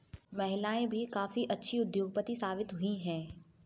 महिलाएं भी काफी अच्छी उद्योगपति साबित हुई हैं